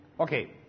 Okay